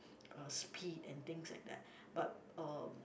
uh speed and things like that but uh